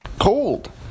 Cold